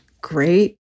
great